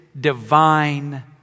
divine